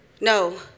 No